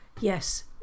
yes